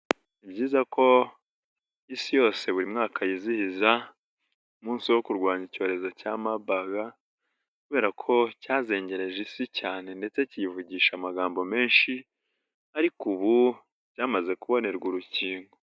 Ni byiza ko Isi yose buri mwaka yizihiza umunsi wo kurwanya icyorezo cya Mabaga kubera ko cyazengereje Isi cyane ndetse kiyivugisha amagambo menshi, ariko ubu cyamaze kubonerwa urukingo.